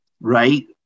right